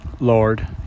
lord